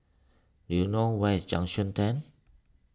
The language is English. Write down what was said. do you know where is Junction ten